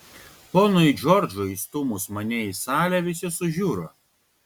ponui džordžui įstūmus mane į salę visi sužiuro